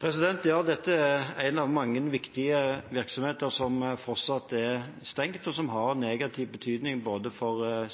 Dette er én av mange viktige virksomheter som fortsatt er stengt, og som selvfølgelig har negativ betydning for